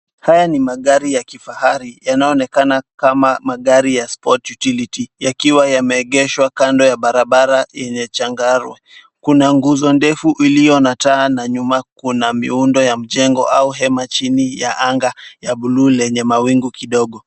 Haya ni magari ya kifahari yanayoonekana kama magari ya sport utility yakiwa yameegeshwa kando ya barabara yenye changarawe. Kuna nguzo ndefu iliyo na taa na nyuma kuna miundo ya mjengo au hema chini ya anga ya bluu lenye mawingu kidogo.